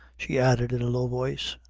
she added in a low voice,